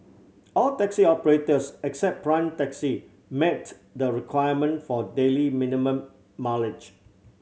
all taxi operators except Prime Taxi met the requirement for daily minimum mileage